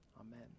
Amen